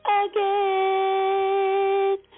again